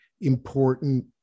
important